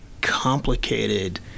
complicated